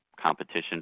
competition